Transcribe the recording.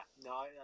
no